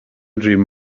dream